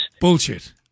Bullshit